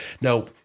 Now